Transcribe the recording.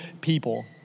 people